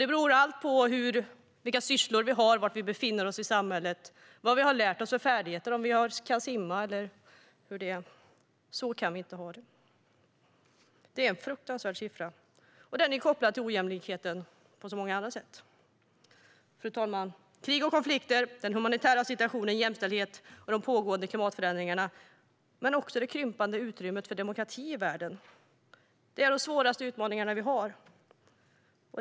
Det beror på vilka sysslor vi har, var i samhället vi befinner oss, vilka färdigheter vi har lärt oss, om vi kan simma och så vidare. Så kan vi inte ha det. Det är en fruktansvärd siffra, och den är kopplad till den ojämlikhet som råder på så många andra sätt. Fru talman! Krig och konflikter, den humanitära situationen, jämställdhet, den pågående klimatförändringen samt det krympande utrymmet för demokrati i världen är de svåraste utmaningarna vi står inför.